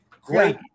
Great